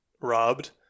robbed